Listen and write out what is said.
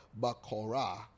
Bakora